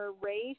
race